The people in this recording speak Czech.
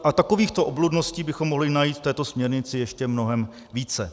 A takovýchto obludností bychom mohli najít v této směrnici ještě mnohem více.